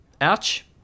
ouch